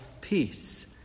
peace